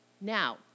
Now